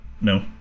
No